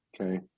okay